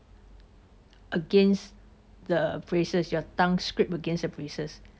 against the braces your tongue scrape against the braces